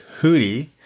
hootie